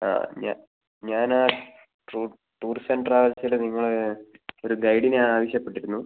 ആ ഞാൻ ഞാൻ ആ ടൂ ടൂർസ് ആൻഡ് ട്രാവൽസില് നിങ്ങളുടെ ഒരു ഗൈഡിനെ ആവശ്യപ്പെട്ടിരുന്നു